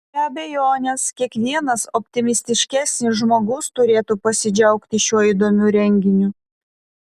be abejonės kiekvienas optimistiškesnis žmogus turėtų pasidžiaugti šiuo įdomiu renginiu